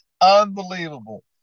unbelievable